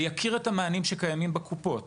ויכיר את המענים שקיימים בקופות